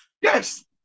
yes